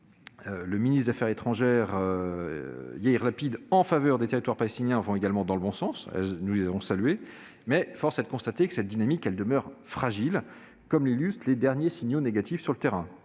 des affaires étrangères, Yaïr Lapid, en faveur des territoires palestiniens vont également dans le bon sens. Nous les avons saluées, mais force est de constater que cette dynamique demeure fragile, comme l'illustrent les derniers signaux négatifs sur le terrain